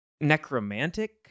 necromantic